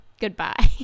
goodbye